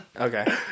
Okay